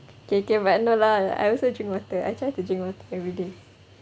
okay okay but no lah I also drink water I try drink water everyday